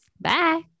bye